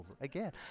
again